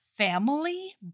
Family